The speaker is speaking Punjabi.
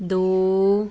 ਦੋ